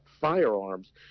firearms